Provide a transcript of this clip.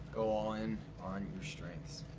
go all in on your strengths.